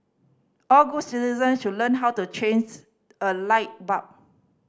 all good citizen should learn how to change a light bulb